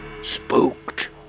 Spooked